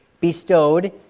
bestowed